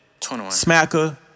smacker